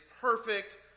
perfect